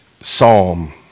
psalm